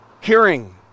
hearing